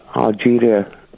Algeria